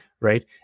right